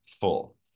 full